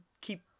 keep